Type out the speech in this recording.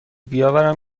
بیاورم